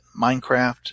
minecraft